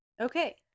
Okay